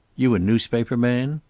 you a newspaper man?